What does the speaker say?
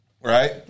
right